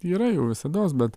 yra jų visados bet